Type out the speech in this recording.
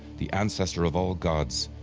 the ancestor of all gods.